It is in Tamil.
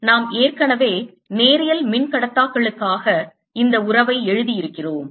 நாம் ஏற்கனவே நேரியல் மின்கடத்தாக்களுக்காக இந்த உறவை எழுதி இருக்கிறோம்